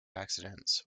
accidents